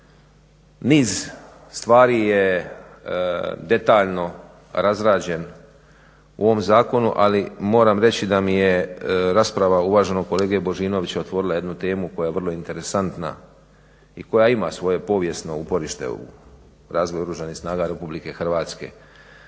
Niz stvari je detaljno razrađen u ovom zakonu ali moram reći da mi je rasprava uvaženog kolega Božinovića otvorila jednu temu koja je vrlo interesantna i koja ima svoje povijesno uporište u razvoju Oružanih snaga RH. Vratit